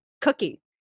cookie